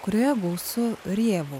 kurioje gausu rėvų